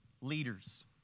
leaders